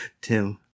Tim